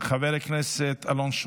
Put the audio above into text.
חבר הכנסת ירון לוי,